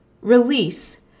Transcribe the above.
release